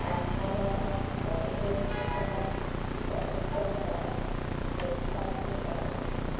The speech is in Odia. ଆମର ପରିବେଶ ବହୁତ ଖରାପ ହେବାକୁ ଯାଉଛି